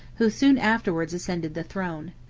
who soon afterwards ascended the throne.